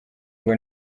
ngo